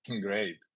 great